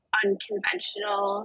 unconventional